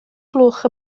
gloch